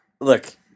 look